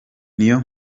niyo